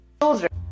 children